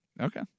Okay